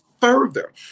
further